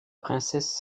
princesse